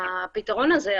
בפתרון הזה.